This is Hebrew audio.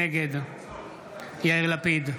נגד יאיר לפיד,